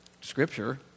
scripture